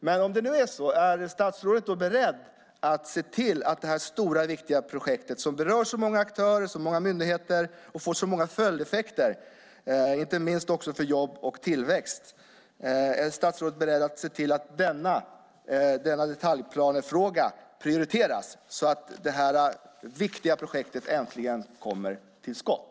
Men om det nu är så, är statsrådet då beredd att se till att detaljplanefrågan i detta stora, viktiga projekt som berör så många aktörer och myndigheter och får så många följdeffekter, inte minst för jobb och tillväxt, prioriteras så att det äntligen kommer till skott?